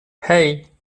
hey